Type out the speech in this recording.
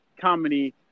comedy